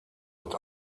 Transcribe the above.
mit